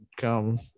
come